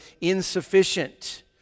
insufficient